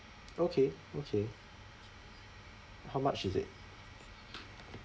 okay okay how much is it